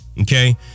Okay